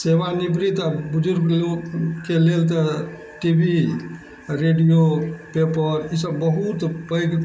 सेवानिवृत आओर बुजुर्ग लोकके लेल तऽ टी वी रेडियो पेपर ई सब बहुत पैघ